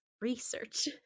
research